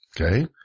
okay